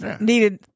needed